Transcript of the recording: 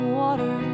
water